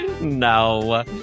No